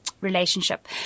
relationship